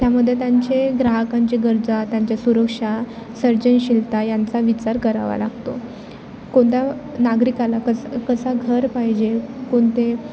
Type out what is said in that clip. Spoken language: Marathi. त्यामध्ये त्यांचे ग्राहकांचे गरजा त्यांच्या सुरक्षा सर्जनशीलता यांचा विचार करावा लागतो कोणत्या नागरिकाला कसं कसा घर पाहिजे कोणते